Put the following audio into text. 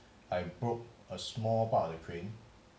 I broke a small part of crane